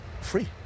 free